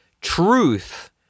Truth